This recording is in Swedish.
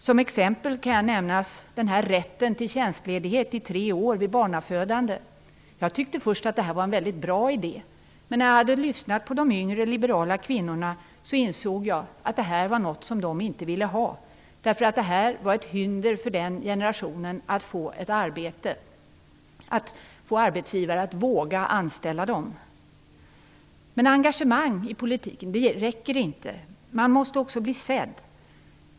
Som exempel kan nämnas rätten till tjänstledighet i tre år vid barnafödande. Jag tyckte först att det var en väldigt bra idé. Men när jag hade lyssnat på de yngre liberala kvinnorna insåg jag att detta var något som de inte ville ha. Det var ett hinder för den generationen att få ett arbete, att få arbetsgivare att våga anställa dem. Men engagemang i politiken räcker inte. Man måste också bli sedd.